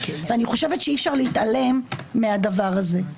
אני חושבת שאי-אפשר להתעלם מהדבר הזה.